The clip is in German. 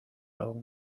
augen